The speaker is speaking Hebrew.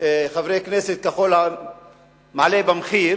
חברי כנסת ככל המעלה במחיר